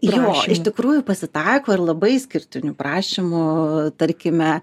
jo iš tikrųjų pasitaiko ir labai išskirtinių prašymų tarkime